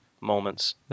moments